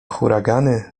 huragany